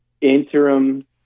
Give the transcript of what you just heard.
interim